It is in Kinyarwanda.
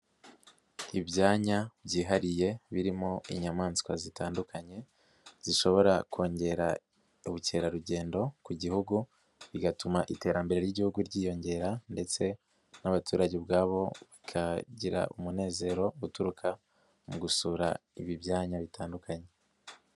Ibyanya byihariye birimo inyamaswa zitandukanye zishobora kongera ubukerarugendo ku gihugu, bigatuma iterambere ry'igihugu ryiyongera ndetse n'abaturage ubwabo bakagira umunezero uturuka mu gusura ibi byanya bitandukanye.